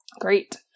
Great